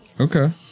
Okay